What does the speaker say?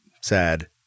sad